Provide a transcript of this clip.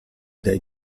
dai